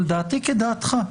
אבל דעתי כדעתך.